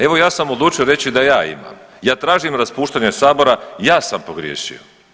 Evo ja sam odlučio reći da ja imam, ja tražim raspuštanje sabora, ja sam pogriješio.